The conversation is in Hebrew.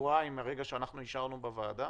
שבועיים מרגע שאישרנו בוועדה,